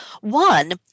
One